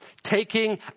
Taking